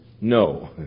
no